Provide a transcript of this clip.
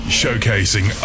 showcasing